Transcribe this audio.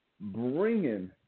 bringing